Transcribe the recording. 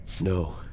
No